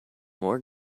more